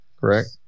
correct